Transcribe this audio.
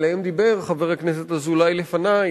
ודיבר עליהן חבר הכנסת אזולאי לפני.